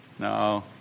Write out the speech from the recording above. No